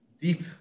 deep